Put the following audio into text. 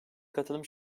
katılım